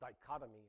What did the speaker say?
dichotomy